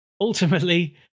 ultimately